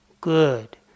good